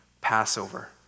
Passover